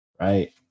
right